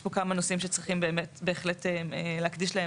יש פה כמה נושאים שצריך בהחלט להקדיש להם